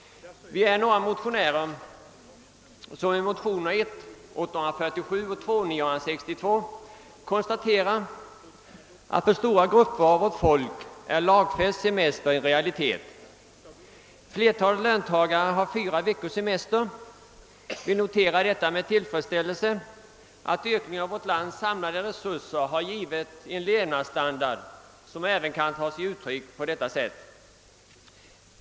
Vi är några motionärer som i motionerna I: 847 och II: 962 konstaterar att för stora grupper av vårt folk lagfäst semester nu är en realitet. Flertalet löntagare har fyra veckors semester, och vi noterar med tillfredsställelse att ökningen av vårt lands samlade resurser har givit en levnadsstandard, som kan ta sig uttryck även på detta sätt.